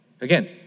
Again